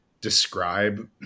describe